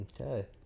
Okay